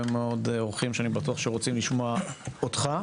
מאוד אורחים שאני בטוח רוצים לשמוע אותך,